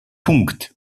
punkt